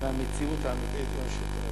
מהמציאות האמיתית ומהשוק.